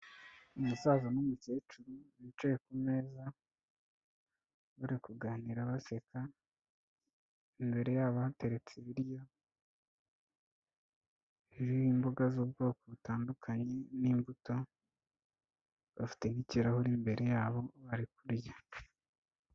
Umusaza n'umukecuru, bicaye ku meza, bari kuganira baseka, imbere y'abo hateretse ibiryo, birimo imboga z'ubwoko butandukanye, n'imbuto, bafite n'ikirahure imbere y'abo, bari kurya.